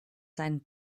seinen